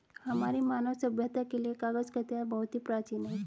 हमारी मानव सभ्यता के लिए कागज का इतिहास बहुत ही प्राचीन है